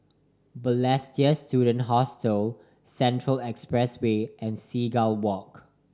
Balestier Student Hostel Central Expressway and Seagull Walk